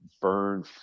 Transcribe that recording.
burn